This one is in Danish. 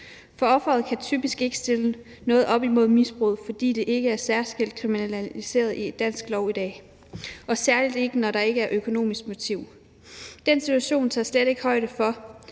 for offeret kan typisk ikke stille noget op imod misbruget, fordi det ikke er særskilt kriminaliseret i dansk lovgivning i dag, særlig ikke, når der ikke er et økonomisk motiv. I den situation tages der slet ikke højde for,